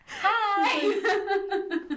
Hi